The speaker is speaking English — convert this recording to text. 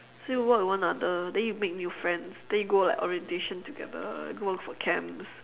need to work with one another then you make new friends then you go like orientation together go out for camps